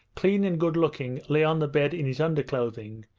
clean and good-looking, lay on the bed in his underclothing,